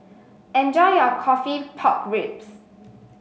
enjoy your coffee Pork Ribs